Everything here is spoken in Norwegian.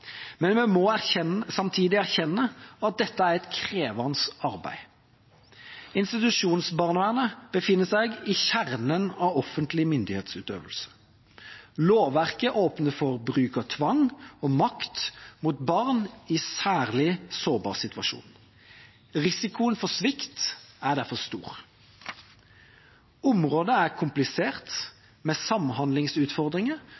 men vi må samtidig erkjenne at dette er et krevende arbeid. Institusjonsbarnevernet befinner seg i kjernen av offentlig myndighetsutøvelse. Lovverket åpner for bruk av tvang og makt mot barn i en særlig sårbar situasjon. Risikoen for svikt er derfor stor. Området er